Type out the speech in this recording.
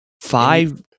five